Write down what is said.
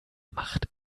macht